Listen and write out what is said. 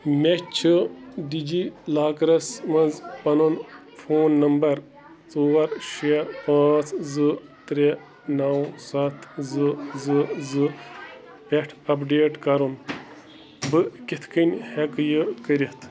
مےٚ چھُ ڈی جی لاکرس منٛز پنُن فون نمبر ژور شےٚ پانٛژھ زٕ ترٛےٚ نَو سَتھ زٕ زٕ زٕ پٮ۪ٹھ اپ ڈیٹ کرُن بہٕ کِتھ کٔنۍ ہیٚکہٕ یہِ کٔرتھ